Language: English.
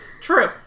True